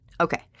Okay